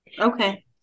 okay